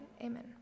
Amen